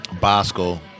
Bosco